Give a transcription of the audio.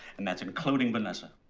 and that's including vanessa.